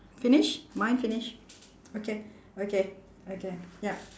finish mine finish okay okay okay yup